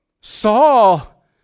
Saul